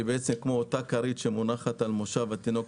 כמו כרית שמונחת על מושב התינוק,